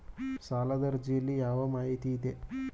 ಸಾಲದ ಅರ್ಜಿಯಲ್ಲಿ ಯಾವ ಮಾಹಿತಿ ಇದೆ?